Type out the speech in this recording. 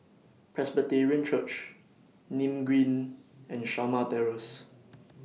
Presbyterian Church Nim Green and Shamah Terrace